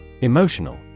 Emotional